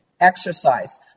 exercise